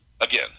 Again